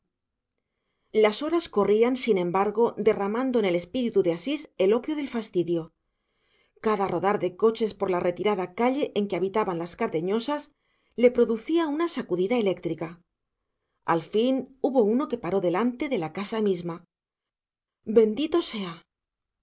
las horas corrían sin embargo derramando en el espíritu de asís el opio del fastidio cada rodar de coches por la retirada calle en que habitaban las cardeñosas le producía una sacudida eléctrica al fin hubo uno que paró delante de la casa misma bendito sea